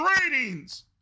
ratings